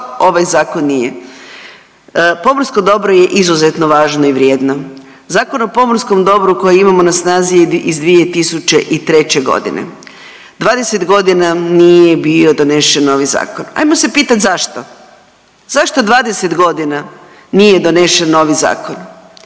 ovaj zakon nije. Pomorsko dobro je izuzetno važno i vrijedno. Zakon o pomorskom dobru koji imamo na snazi je iz 2003. godine. 20 godina nije bio donešen novi zakon. Ajmo se pitat zašto? Zašto 20 godina nije donešen novi zakon?